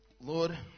Lord